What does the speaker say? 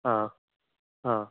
आं आं आं